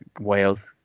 Wales